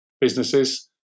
businesses